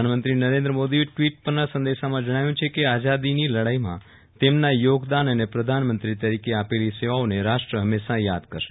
પ્રધાનમંત્રી નરેન્દ્ર મા ેદીએ ટ્વીટ પરના સંદેશામાં જણાવ્યું છે કેઆઝાદીની લડાઇમાં તે મના યો ગદાન અને પ્રધાનમંત્રી તરીકે આપ ેલી સેવાઓ ને રાષ્ટ્ર હમેંશા યાદ કરશે